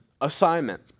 assignment